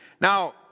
Now